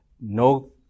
No